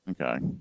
Okay